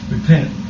Repent